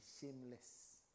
shameless